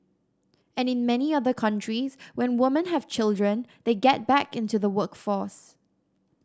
and in many other countries when woman have children they get back into the workforce